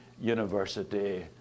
university